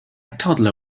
toddler